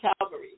Calvary